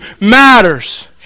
matters